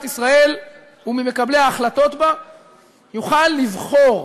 ישראל וממקבלי ההחלטות בה יוכל לבחור,